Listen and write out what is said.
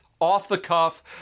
off-the-cuff